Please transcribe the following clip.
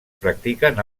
practiquen